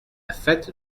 fête